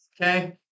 okay